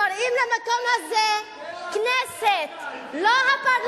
קוראים למקום הזה כנסת, לא הפרלמנט הסורי.